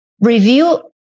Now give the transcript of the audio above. review